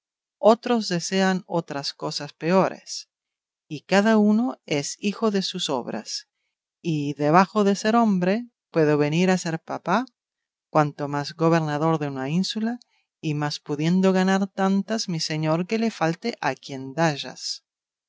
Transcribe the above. otros desean otras cosas peores y cada uno es hijo de sus obras y debajo de ser hombre puedo venir a ser papa cuanto más gobernador de una ínsula y más pudiendo ganar tantas mi señor que le falte a quien dallas